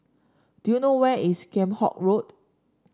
do you know where is Kheam Hock Road